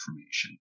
information